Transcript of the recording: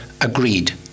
agreed